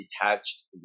detached